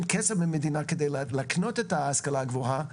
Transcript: כסף מהמדינה כדי להקנות את ההשכלה הגבוהה,